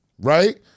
Right